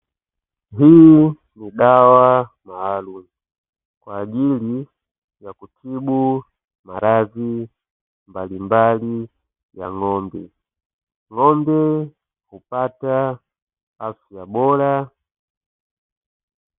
Hii ni dawa maalumu, kwa ajili ya kutibu maradhi mbalimbali ya ng’ombe, ng’ombe hupata afya bora.